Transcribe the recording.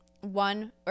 one